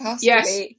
Yes